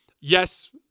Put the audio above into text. yes